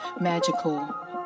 magical